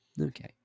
okay